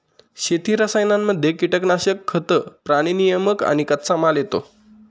शेती रसायनांमध्ये कीटनाशक, खतं, प्राणी नियामक आणि कच्चामाल येतो